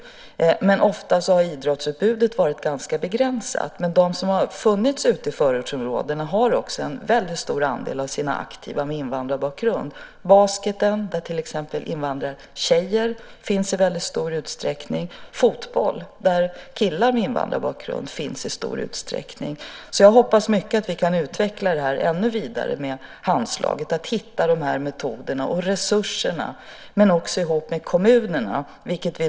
Idrottsutbudet har ofta varit ganska begränsat där. De som har funnits ute i förortsområdena har också en väldigt stor andel aktiva med invandrarbakgrund. Det gäller basketen där invandrartjejer finns i väldigt stor utsträckning och fotboll där killar med invandrarbakgrund finns i stor utsträckning. Jag hoppas att vi kan utveckla detta med Handslaget ännu vidare och hitta metoder och resurser. Det handlar också om att göra detta tillsammans med kommunerna.